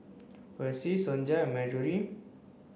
Percy Sonja and Marjory